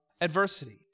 adversity